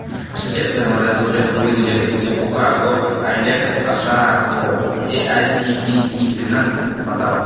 ᱥᱮᱪᱮᱫ ᱥᱮᱨᱢᱟ ᱨᱮ ᱫᱩ ᱦᱟᱡᱟᱨ ᱠᱩᱲᱤ ᱫᱩ ᱦᱟᱡᱟᱨ ᱮᱠᱩᱥ ᱚᱠᱟ ᱜᱚᱵᱷᱴ ᱟᱭ ᱰᱮᱴ ᱟᱥᱲᱟ ᱠᱚ ᱮ ᱟᱭ ᱥᱤ ᱴᱤ ᱤ ᱨᱮᱱᱟᱜ ᱵᱟᱛᱟᱣᱟ